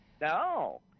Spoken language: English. No